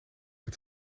het